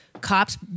cops